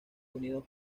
unidos